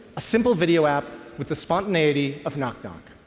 a simple video app with the spontaneity of knock knock.